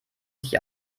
sich